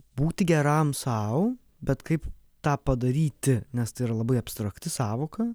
būti geram sau bet kaip tą padaryti nes tai yra labai abstrakti sąvoka